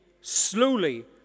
slowly